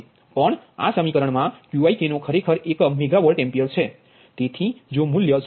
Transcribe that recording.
પણ આ સમીકરણ મા Qikનો ખરેખર એકમ મેગાવોલ્ટએમ્પીયર છે તેથી જો મૂલ્ય 0